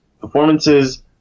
performances